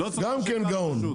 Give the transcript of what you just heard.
גם כן גאון.